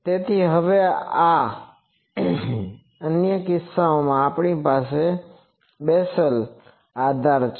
તેથી હવે અન્ય ઘણા કિસ્સાઓમાં આપણી પાસે બેસલ આધાર છે